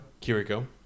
Kiriko